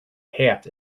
hat